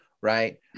right